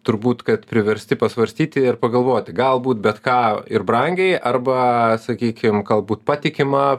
turbūt kad priversti pasvarstyti ir pagalvoti galbūt bet ką ir brangiai arba sakykim galbūt patikimą